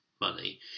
money